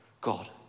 God